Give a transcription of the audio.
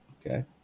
Okay